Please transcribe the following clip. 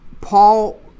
Paul